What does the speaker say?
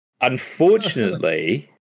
Unfortunately